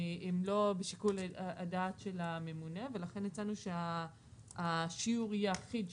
הם לא בשיקול הדעת של הממונה ולכן הצענו שהשיעור יהיה אחיד,